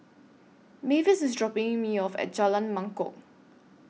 Mavis IS dropping Me off At Jalan Mangkok